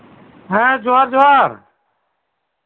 ᱦᱮᱸ ᱡᱚᱦᱟᱨ ᱡᱚᱦᱟᱨ